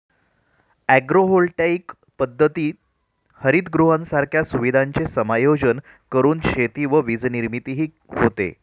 agrovoltaic पद्धतीत हरितगृहांसारख्या सुविधांचे समायोजन करून शेती व वीजनिर्मितीही होते